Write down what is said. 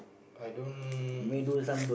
I don't